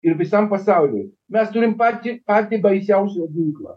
ir visam pasauliui mes turim patį patį baisiausią ginklą